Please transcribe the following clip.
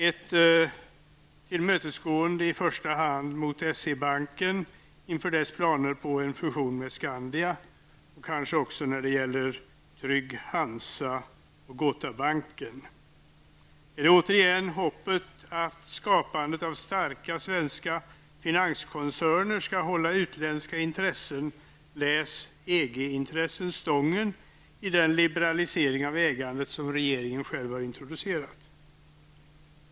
Ett tillmötesgående i första hand beträffande S-E-Banken inför dess planer på en fusion med Skandia och kanske också när det gäller Trygg-Hansa och Gotabanken handlar det om. Är det återigen fråga om hoppet om att skapandet av starka svenska finanskoncerner skall hålla utländska intressen -- EG-intressen -- stången i den liberalisering av ägandet som regeringen själv har introducerat?